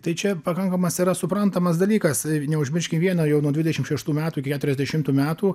tai čia pakankamas yra suprantamas dalykas neužmirškim vieno jau nuo dvidešim šeštų metų iki keturiasdešimtų metų